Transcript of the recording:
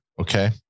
okay